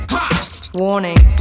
Warning